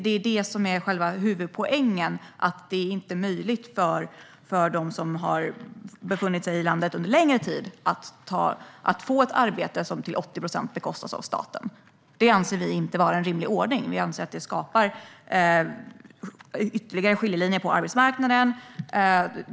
Det är det som är själva huvudpoängen: att det inte är möjligt för dem som befunnit sig i landet under längre tid att få ett arbete som till 80 procent bekostas av staten. Detta anser vi inte vara en rimlig ordning. Vi anser att det skapar ytterligare skiljelinjer på arbetsmarknaden.